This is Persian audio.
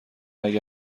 اگه